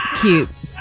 cute